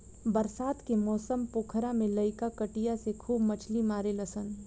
बरसात के मौसम पोखरा में लईका कटिया से खूब मछली मारेलसन